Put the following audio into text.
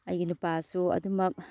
ꯑꯩꯒꯤ ꯅꯨꯄꯥꯁꯨ ꯑꯗꯨꯃꯛ